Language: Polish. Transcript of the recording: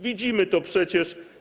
Widzimy to przecież.